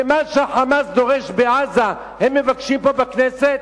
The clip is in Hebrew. שמה שה"חמאס" דורש בעזה הם מבקשים פה בכנסת?